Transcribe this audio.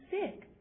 sick